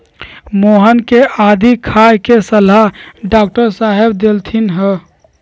मोहन के आदी खाए के सलाह डॉक्टर साहेब देलथिन ह